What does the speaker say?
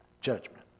Judgment